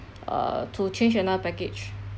uh to change another package